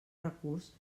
recurs